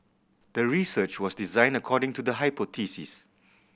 the research was designed according to the hypothesis